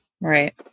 Right